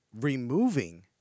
removing